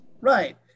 Right